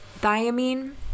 thiamine